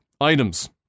items